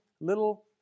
little